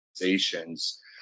organizations